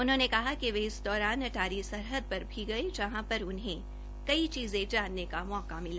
उन्होंने कहा कि वे इस दौरान अटारी सरहद पर भी गए जहां पर उन्हें कई चीजें जानने का मौका मिला